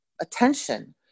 attention